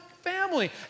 family